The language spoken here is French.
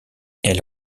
elle